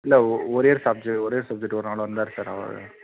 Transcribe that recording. இல்லை ஒ ஒரே சப்ஜெ ஒரே சப்ஜெக்ட்டுக்கு வருவாங்கள்ல வந்தாரு சார் அவரு